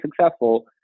successful